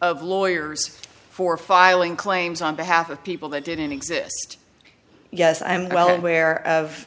of lawyers for filing claims on behalf of people that didn't exist yes i'm well aware of